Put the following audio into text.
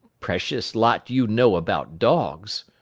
precious lot you know about dogs,